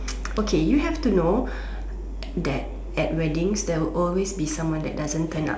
okay you have to know that at weddings there will always be someone that doesn't turn up